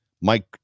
Mike